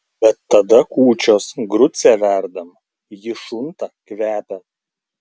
bet tada kūčios grucę verdam ji šunta kvepia